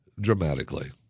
dramatically